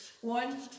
One